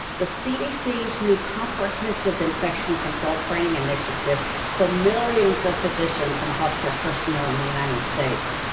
the cdc's new comprehensive infection control training initiative for millions of physicians and healthcare personnel in the united states.